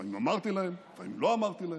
לפעמים אמרתי להם, לפעמים לא אמרתי להם,